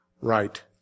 Right